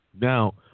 Now